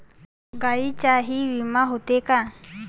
गायींचाही विमा होते का?